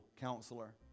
counselor